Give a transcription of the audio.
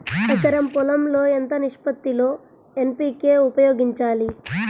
ఎకరం పొలం లో ఎంత నిష్పత్తి లో ఎన్.పీ.కే ఉపయోగించాలి?